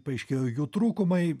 paaiškėjo jų trūkumai